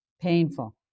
Painful